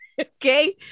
Okay